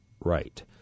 right